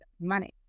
Money